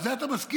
על זה אתה מסכים,